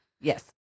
Yes